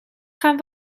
gaan